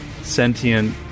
sentient